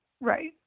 Right